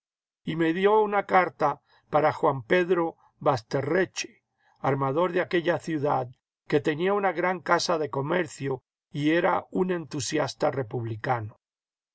y me dio una carta para juan pedro basterreche armador de aquella ciudad que tenía una gran casa de comercio y era un entusiasta republicano